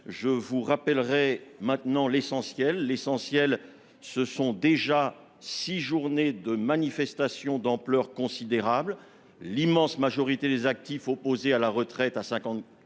je vous rappellerai maintenant l'essentiel : six journées de manifestations d'ampleur considérable, l'immense majorité des actifs opposés à la retraite à 64